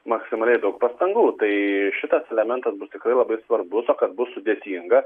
maksimaliai daug pastangų tai šitas elementas tikrai labai svarbus o kad bus sudėtinga